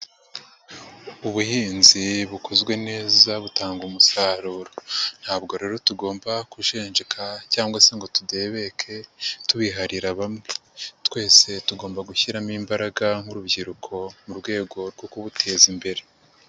Ubuhinzi bukozwe neza butanga umusaruro. Ntabwo rero tugomba kujenjeka cyangwa se ngo tudebeke tubiharira bamwe. Twese tugomba gushyiramo imbaraga nk'urubyiruko mu rwego rwo kubuteza imbere.